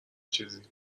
چیزی